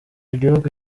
gihugu